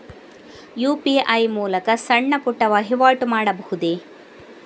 UPI ಮೂಲಕ ಸಣ್ಣ ಪುಟ್ಟ ವಹಿವಾಟು ಮಾಡಬಹುದೇ?